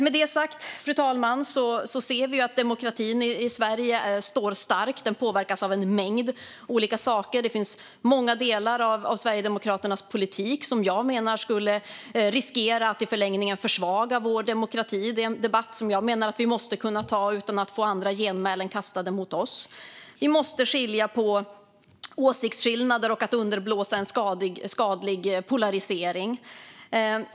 Med det sagt, fru talman, ser vi ju att demokratin i Sverige står stark. Den påverkas av en mängd olika saker. Det finns många delar av Sverigedemokraternas politik som jag menar riskerar att i förlängningen försvaga vår demokrati. Det är en debatt som jag menar att vi måste kunna ta utan att få tillmälen kastade mot oss. Vi måste skilja på åsiktsskillnader och att underblåsa en skadlig polarisering.